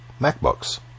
MacBooks